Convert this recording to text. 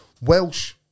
Welsh